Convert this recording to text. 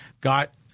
got